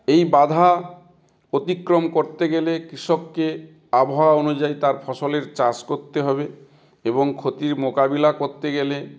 এই বাধা অতিক্রম করতে গেলে কৃষককে আবহাওয়া অনুযায়ী তার ফসলের চাষ করতে হবে এবং ক্ষতির মোকাবিলা করতে গেলে